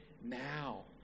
now